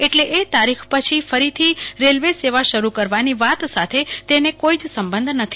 એટલે એ તારીખ પછી ફરીથી રેલવે સેવા શરૂ કરવાની વાત સાથે તેને કોઈ જ સંબંધ નથી